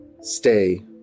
stay